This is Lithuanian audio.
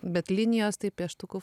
bet linijos tai pieštuku